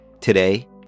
Today